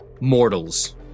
mortals